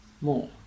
more